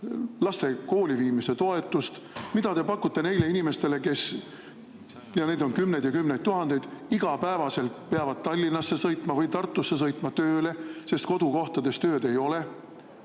laste kooliviimise toetust? Mida te pakute neile inimestele, kes – neid on kümneid ja kümneid tuhandeid – igapäevaselt peavad Tallinnasse või Tartusse tööle sõitma, sest kodukohas tööd ei ole?